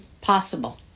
possible